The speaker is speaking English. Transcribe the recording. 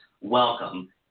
welcome